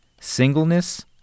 singleness